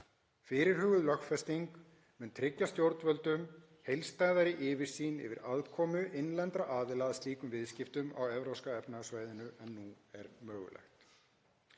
Fyrirhuguð lögfesting mun tryggja stjórnvöldum heildstæðari yfirsýn yfir aðkomu innlendra aðila að slíkum viðskiptum á Evrópska efnahagssvæðinu en nú er möguleg.